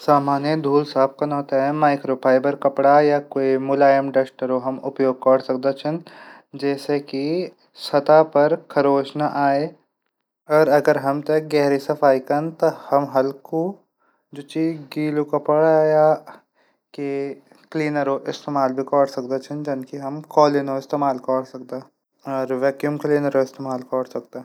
सामान्य धूल साफ कनो थै। माइकोफाइबर कपडा या क्वी मुलायम डस्टर हो हम उपयोग कर सकदा छां। जैसे की सतह पर खरोच ना आ। अगर हमथै गहरी सफाई कन त हम हलकू गीलू कपडा क्लीनर इस्तेमाल भी कै सकदा छां। जनकी हम कौलीन इस्तेमाल भी कौर सकदा।